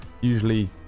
usually